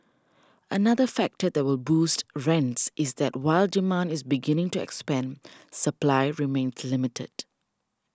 another factor that will boost rents is that while demand is beginning to expand supply remains limited